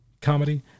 comedy